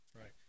right